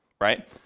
right